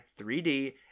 3D